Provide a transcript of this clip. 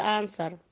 answer